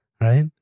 right